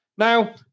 Now